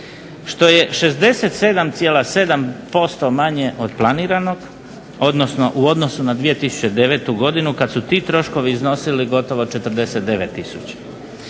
što je 67,7% manje od planiranog odnosno u odnosu na 2009. godinu kad su ti troškovi iznosili gotovo 49